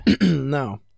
No